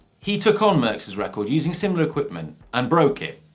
he took on merckx's record using similar equipment and broke it,